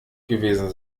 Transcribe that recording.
gewesen